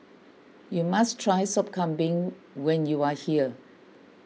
you must try Sop Kambing when you are here